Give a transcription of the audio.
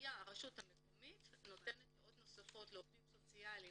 הרשות המקומית נותנת שעות נוספות לעובדים סוציאליים